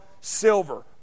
silver